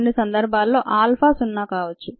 కొన్ని సందర్భాల్లో ఆల్ఫా 0 కావచ్చు